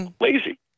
Lazy